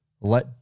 Let